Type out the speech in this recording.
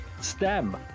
STEM